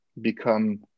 become